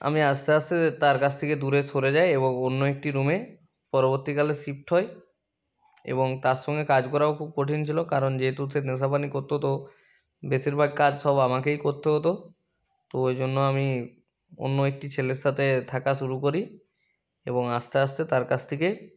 আমি আস্তে আস্তে তার কাছ থেকে দূরে সরে যাই এবং অন্য একটি রুমে পরবর্তীকালে শিফট হই এবং তার সঙ্গে কাজ করাও খুব কঠিন ছিল কারণ যেহেতু সে নেশা পানি করত তো বেশিরভাগ কাজ সব আমাকেই করতে হতো তো ওই জন্য আমি অন্য একটি ছেলের সাথে থাকা শুরু করি এবং আস্তে আস্তে তার কাছ থেকে